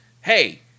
hey